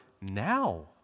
now